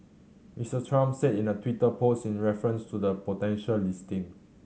Mister Trump said in the Twitter post in reference to the potential listing